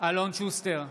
אלון שוסטר,